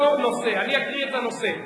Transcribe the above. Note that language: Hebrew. מוזמנת לבדוק, חברת הכנסת אברהם, את מוזמנת לבדוק.